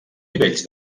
nivells